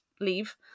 leave